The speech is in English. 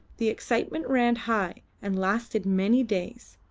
the excitement ran high, and lasted many days.